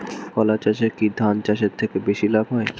কলা চাষে কী ধান চাষের থেকে বেশী লাভ হয়?